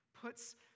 puts